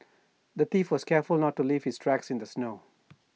the thief was careful to not leave his tracks in the snow